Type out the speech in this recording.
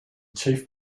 chief